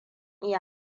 iya